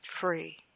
free